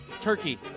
Turkey